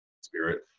spirit